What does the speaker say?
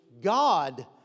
God